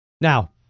Now